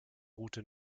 route